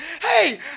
hey